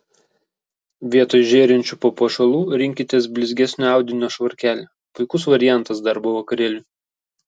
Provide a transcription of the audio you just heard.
vietoj žėrinčių papuošalų rinkitės blizgesnio audinio švarkelį puikus variantas darbo vakarėliui